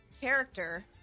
character